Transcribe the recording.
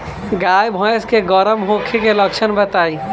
गाय भैंस के गर्म होखे के लक्षण बताई?